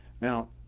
Now